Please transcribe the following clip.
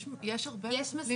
יש הרבה מטפלים